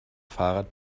fahrrad